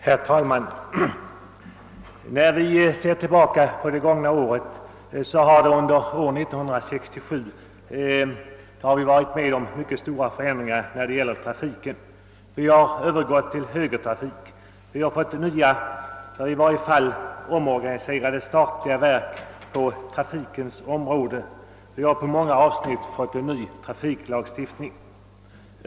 Herr talman! När vi ser tillbaka på det gångna året kan vi konstatera mycket stora förändringar när det gäller trafiken. Vi har övergått till högertrafik. Vi har fått nya eller i varje fall omorganiserade statliga verk på trafikens område, och vi har i många avsnitt fått en ny trafiklagstiftning.